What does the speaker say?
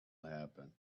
happen